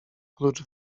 klucz